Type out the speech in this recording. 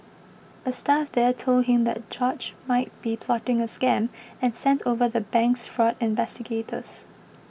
a staff there told him that George might be plotting a scam and sent over the bank's fraud investigators